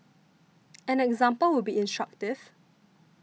an example would be instructive